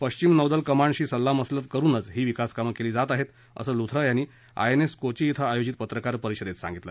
पश्चिम नौदल कमांडशी सल्ला मसलत करुनच ही विकास कामं केली जात आहेत असं लुथरा यांनी आयएनएस कोची क्रि आयोजित पत्रकार परिषदेत सांगितलं